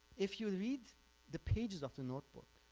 if you read the pages of the notebook